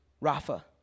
Rafa